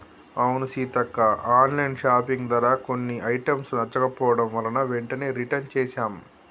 అవును సీతక్క online shopping ధర కొన్ని ఐటమ్స్ నచ్చకపోవడం వలన వెంటనే రిటన్ చేసాం